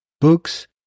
books